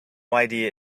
idea